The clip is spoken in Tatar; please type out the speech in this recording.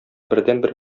бердәнбер